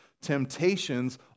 temptations